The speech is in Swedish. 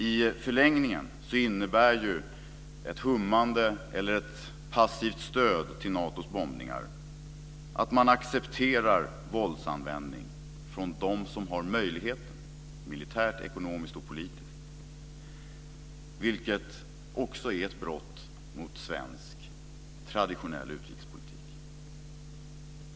I förlängningen innebär ju ett hummande eller ett passivt stöd till Natos bombningar att man accepterar våldsanvändning från dem som har militär, ekonomisk och politisk möjlighet till detta. Det är också ett brott mot svensk traditionell utrikespolitik.